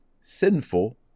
sinful